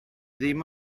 ddim